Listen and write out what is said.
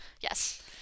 Yes